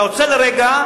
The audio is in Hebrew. אתה עוצר לרגע,